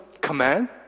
command